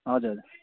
हजुर